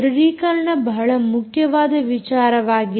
ಧೃಡೀಕರಣ ಬಹಳ ಮುಖ್ಯವಾದ ವಿಚಾರವಾಗಿದೆ